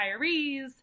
retirees